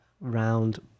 round